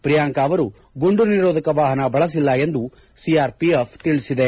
ಪ್ರಿಯಾಂಕಾ ಅವರು ಗುಂಡು ನಿರೋಧಕ ವಾಹನ ಬಳಸಿಲ್ಲ ಎಂದು ಸಿಆರ್ಪಿಎಫ್ ತಿಳಿಸಿದೆ